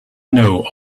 know